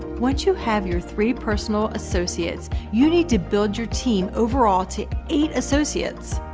once you have your three personal associates, you need to build your team overall to eight associates.